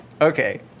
Okay